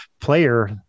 player